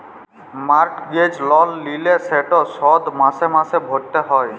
mortgage লল লিলে সেট শধ মাসে মাসে ভ্যইরতে হ্যয়